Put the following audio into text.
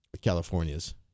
Californias